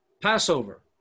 Passover